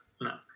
No